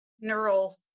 neural